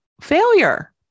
failure